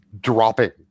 dropping